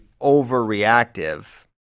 overreactive